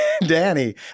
Danny